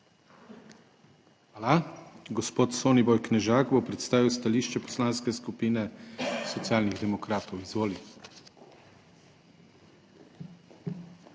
Hvala. Gospod Soniboj Knežak bo predstavil stališče Poslanske skupine Socialnih demokratov. izvoli.